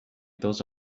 those